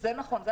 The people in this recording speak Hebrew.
זה נכון.